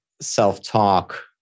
self-talk